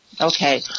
okay